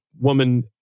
woman